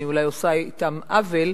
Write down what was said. אני אולי עושה אתם עוול,